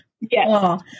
Yes